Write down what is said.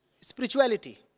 Spirituality